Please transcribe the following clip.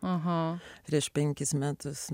aha prieš penkis metus